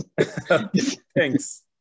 Thanks